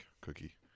Cookie